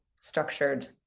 structured